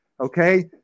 Okay